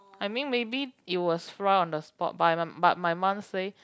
I mean maybe it was fry on the spot but my but my mum say